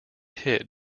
hit